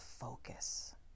focus